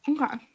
Okay